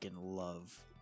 love